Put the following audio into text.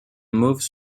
mauves